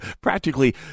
practically